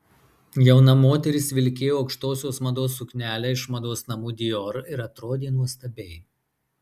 jauna moteris vilkėjo aukštosios mados suknelę iš mados namų dior ir atrodė nuostabiai